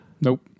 Nope